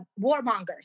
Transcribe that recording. warmongers